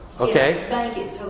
Okay